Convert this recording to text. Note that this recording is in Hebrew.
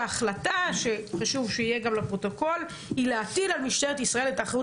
שההחלטה היא להטיל על משטרת ישראל את האחריות